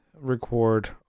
record